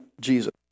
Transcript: Jesus